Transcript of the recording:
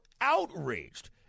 outraged